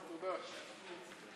אנחנו ממשיכים להסתייגות מס' 6,